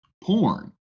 Porn